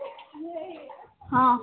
ହଁ